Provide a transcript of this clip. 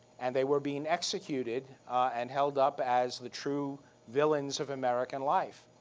and they were being executed and held up as the true villains of american life.